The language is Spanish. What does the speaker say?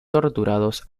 torturados